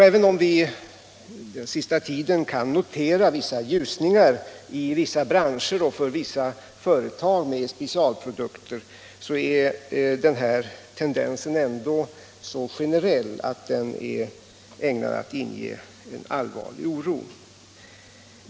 Även om vi den senaste tiden kunnat notera ljusningar i vissa branscher och för vissa företag med specialprodukter är denna tendens ändå så generell att den är ägnad att inge allvarlig oro.